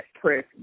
press